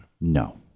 no